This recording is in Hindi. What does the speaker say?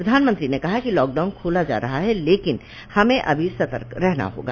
प्रधानमंत्री ने कहा कि लॉकडाउन खोला जा रहा है लेकिन हमें अभी सतर्क रहना होगा